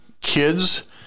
kids